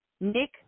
Nick